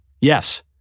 yes